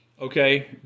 okay